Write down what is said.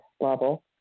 level